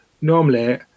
normally